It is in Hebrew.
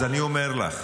אז אני אומר לך